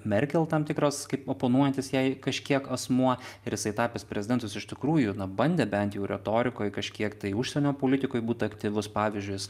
merkel tam tikras kaip oponuojantis jai kažkiek asmuo ir jisai tapęs prezidentu jis iš tikrųjų na bandė bent jau retorikoj kažkiek tai užsienio politikoj būt aktyvus pavyzdžiui jis